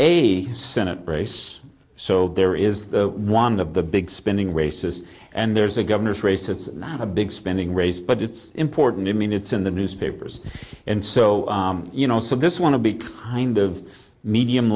a senate race so there is the one of the big spending races and there's a governor's race it's a big spending race but it's important i mean it's in the newspapers and so you know so this want to be kind of medium